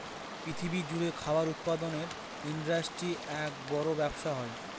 পৃথিবী জুড়ে খাবার উৎপাদনের ইন্ডাস্ট্রির এক বড় ব্যবসা হয়